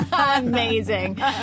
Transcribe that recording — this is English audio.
Amazing